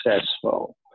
successful